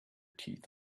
teeth